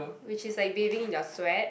which is like bathing in their sweat